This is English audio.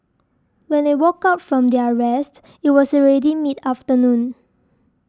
when they woke up from their rest it was already mid afternoon